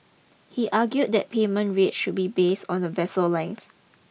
he argue that payment rate should be based on the vessel length